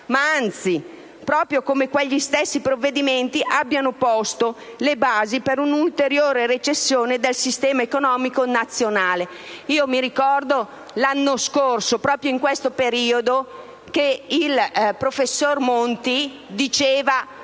ma anzi proprio come quegli stessi provvedimenti abbiano posto le basi per un'ulteriore recessione del sistema economico nazionale. Io mi ricordo che l'anno scorso, proprio in questo periodo, il professor Monti diceva